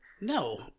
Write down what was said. No